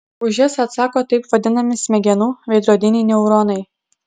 už jas atsako taip vadinami smegenų veidrodiniai neuronai